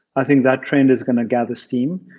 i think that trend is going to gather steam.